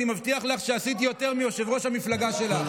אני מבטיח לך שעשיתי יותר מיושב-ראש המפלגה שלך.